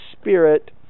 Spirit